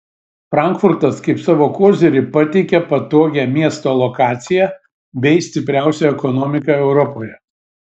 frankfurtas kaip savo kozirį pateikia patogią miesto lokaciją bei stipriausią ekonomiką europoje